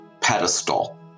pedestal